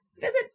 visit